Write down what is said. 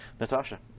Natasha